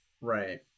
right